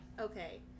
Okay